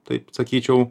taip sakyčiau